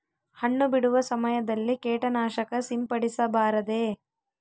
ಹಣ್ಣು ಬಿಡುವ ಸಮಯದಲ್ಲಿ ಕೇಟನಾಶಕ ಸಿಂಪಡಿಸಬಾರದೆ?